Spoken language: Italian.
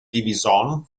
división